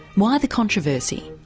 why the controversy?